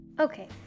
Okay